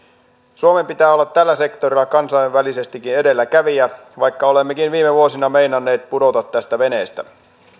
suomen pitää olla tällä sektorilla kansainvälisestikin edelläkävijä vaikka olemmekin viime vuosina meinanneet pudota tästä veneestä